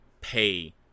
pay